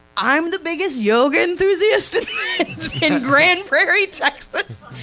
i'm the biggest yoga enthusiast in grand prairie, tx,